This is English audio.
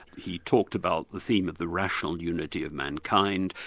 he talked about the theme of the rational unity of mankind,